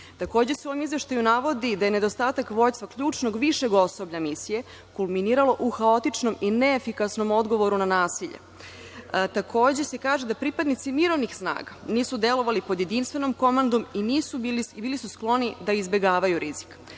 UN.U ovom izveštaju se navodi da je nedostatak vođstva ključnog višeg osoblja misije kulminiralo u haotičnom i neefikasnom odgovoru na nasilje. Takođe se kaže da pripadnici mirovnih snaga nisu delovali pod jedinstvenom komandom i bili su skloni da izbegavaju rizik. Tako